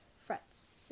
frets